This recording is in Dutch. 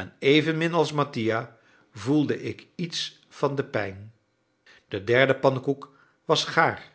en evenmin als mattia voelde ik iets van de pijn de derde pannekoek was gaar